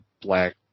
black